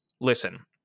Listen